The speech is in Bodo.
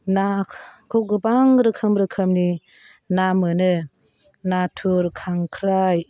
ना खौ गोबां रोखोम रोखोमनि ना मोनो नाथुर खांख्राइ